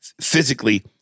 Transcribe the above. physically